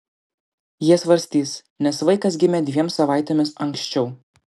jie svarstys nes vaikas gimė dviem savaitėmis anksčiau